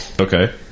Okay